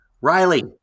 Riley